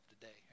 today